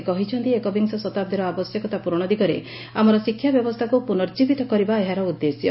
ସେ କହିଛନ୍ତି ଏକବିଂଶ ଶତାଦ୍ଦୀର ଆବଶ୍ୟକତା ପୂରଣ ଦିଗରେ ଆମର ଶିକ୍ଷା ବ୍ୟବସ୍ତାକୁ ପୁନର୍କୀବିତ କରିବା ଏହାର ଉଦ୍ଦେଶ୍ୟ